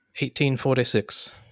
1846